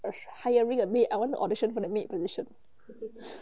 hiring a maid I want to audition for the maid position